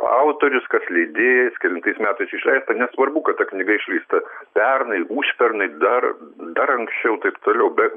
autorius kas leidėjas kelintais metais išleista ir nesvarbu kad ta knyga išleista pernai užpernai dar dar anksčiau taip toliau bet